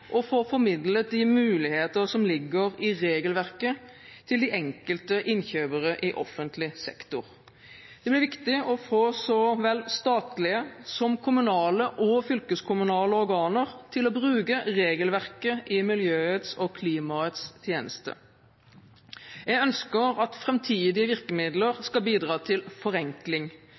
å få formidlet de muligheter som ligger i regelverket til de enkelte innkjøpere i offentlig sektor. Det blir viktig å få så vel statlige som kommunale og fylkeskommunale organer til å bruke regelverket i miljøets og klimaets tjeneste. Jeg ønsker at framtidige virkemidler skal bidra til forenkling.